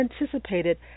anticipated